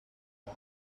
war